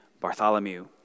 Bartholomew